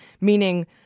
meaning